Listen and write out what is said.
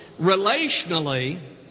relationally